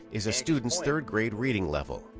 is a student's third-grade reading level.